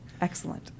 Excellent